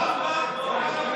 תזמין את אלי